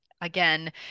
again